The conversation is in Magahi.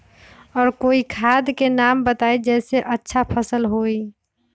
और कोइ खाद के नाम बताई जेसे अच्छा फसल होई?